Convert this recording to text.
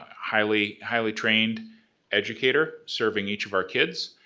highly-trained highly-trained educator serving each of our kids,